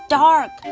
dark